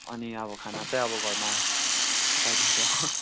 अनि अब खाना चाहिँ अब घरमा पकाई दिन्छ